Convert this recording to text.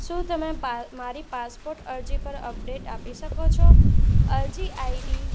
શું તમે પા મારી પાસપોટ અરજી પર અપડેટ આપી શકો છો અરજી આઇડી